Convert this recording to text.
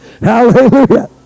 Hallelujah